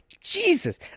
Jesus